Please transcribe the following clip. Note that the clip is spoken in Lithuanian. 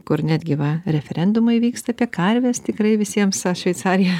kur net gi va referendumai vyksta apie karves tikrai visiems ta šveicarija